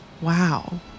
wow